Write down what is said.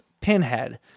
Pinhead